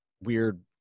weird